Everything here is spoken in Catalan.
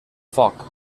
foc